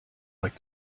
like